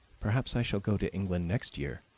perhaps i shall go to england next year,